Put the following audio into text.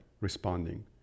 responding